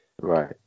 Right